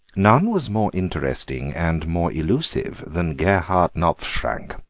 none was more interesting and more elusive than gebhard knopfschrank.